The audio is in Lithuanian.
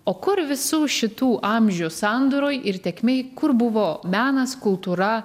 o kur visų šitų amžių sandūroj ir tėkmėj kur buvo menas kultūra